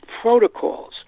protocols